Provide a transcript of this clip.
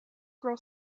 girl